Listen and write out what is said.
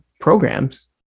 programs